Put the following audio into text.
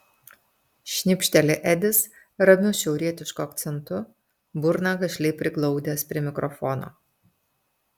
šnipšteli edis ramiu šiaurietišku akcentu burną gašliai priglaudęs prie mikrofono